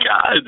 god